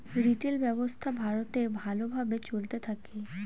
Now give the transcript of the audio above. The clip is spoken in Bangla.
রিটেল ব্যবসা ভারতে ভালো ভাবে চলতে থাকে